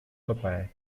vorbei